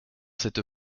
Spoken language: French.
cette